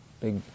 big